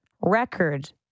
record